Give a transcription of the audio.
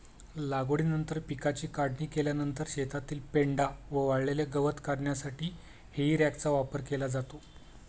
लागवडीनंतर पिकाची काढणी केल्यानंतर शेतातील पेंढा व वाळलेले गवत काढण्यासाठी हेई रॅकचा वापर केला जातो